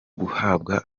guhabwa